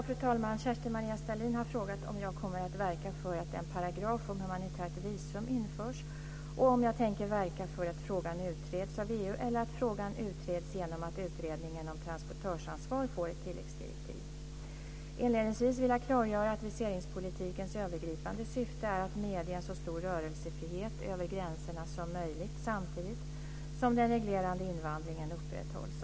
Fru talman! Kerstin-Maria Stalin har frågat om jag kommer att verka för att en paragraf om humanitärt visum införs och om jag tänker verka för att frågan utreds av EU eller att frågan utreds genom att utredningen om transportörsansvar får ett tilläggsdirektiv. Inledningsvis vill jag klargöra att viseringspolitikens övergripande syfte är att medge en så stor rörelsefrihet över gränserna som möjligt samtidigt som den reglerade invandringen upprätthålls.